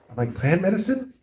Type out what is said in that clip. like plant medicine?